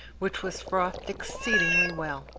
which was frothed exceedingly well.